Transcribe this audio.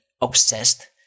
obsessed